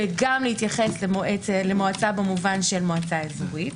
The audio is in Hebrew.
וגם להתייחס למועצה במובן של מועצה אזורית,